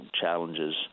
challenges